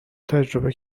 تجربه